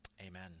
Amen